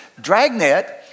Dragnet